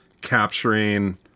capturing